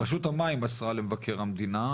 רשות המים מסרה למבקר המדינה,